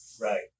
Right